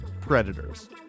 predators